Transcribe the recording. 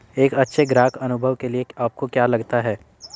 एक अच्छे ग्राहक अनुभव के लिए आपको क्या लगता है?